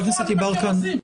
זה מה שאתם עושים,